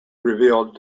revealed